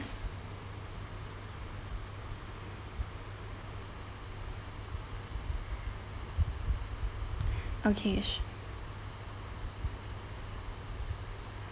okay